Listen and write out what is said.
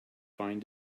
fine